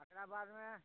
अकरा बादमे